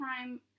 time